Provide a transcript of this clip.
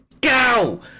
go